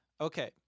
Okay